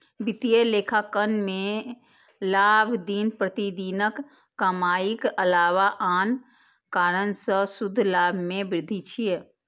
वित्तीय लेखांकन मे लाभ दिन प्रतिदिनक कमाइक अलावा आन कारण सं शुद्ध लाभ मे वृद्धि छियै